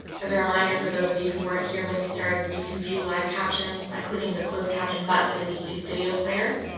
as a reminder for those of you who weren't here when we started you can view live captions by clicking the closed caption button in the youtube video player.